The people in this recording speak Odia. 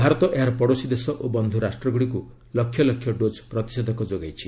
ଭାରତ ଏହାର ପଡୋଶୀ ଦେଶ ଓ ବନ୍ଧୁ ରାଷ୍ଟ୍ର ଗୁଡ଼ିକୁ ଲକ୍ଷ ଲକ୍ଷ ଡୋଜ୍ ପ୍ରତିଷେଧକ ଯୋଗାଇଛି